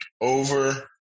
Over